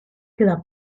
queda